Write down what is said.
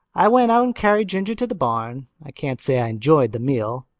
i went out and carried ginger to the barn. i can't say i enjoyed the meal.